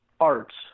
arts